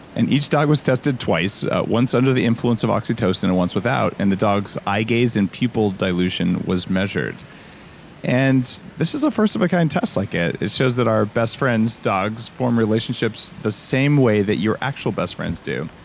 and each dog was tested twice once under the influence of oxytocin and once without and the dogs eye gaze and pupil dilution was measured and this was a first of a kind test. like it it shows that our best friend's dogs form relationships the same way that your actual best friends do.